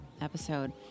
episode